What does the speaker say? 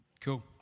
Cool